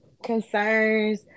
concerns